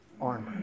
Armor